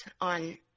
on